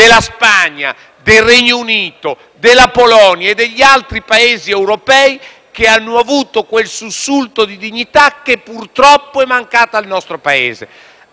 della Spagna, del Regno Unito, della Polonia e degli altri Paesi europei che hanno avuto quel sussulto di dignità che purtroppo è mancato al nostro Paese.